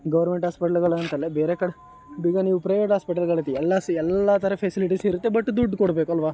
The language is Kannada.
ಗೌರ್ಮೆಂಟ್ ಆಸ್ಪೆಟ್ಲುಗಳು ಅಂತಲ್ಲ ಬೇರೆ ಕಡೆ ಈಗ ನೀವು ಪ್ರೈವೇಟ್ ಆಸ್ಪೆಟ್ಲ್ಗಳಲ್ಲಿ ಎಲ್ಲ ಸಿ ಎಲ್ಲ ಥರದ ಫೆಸಿಲಿಟೀಸ್ ಇರುತ್ತೆ ಬಟ್ ದುಡ್ಡು ಕೊಡಬೇಕು ಅಲ್ವ